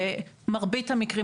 במרבית המקרים,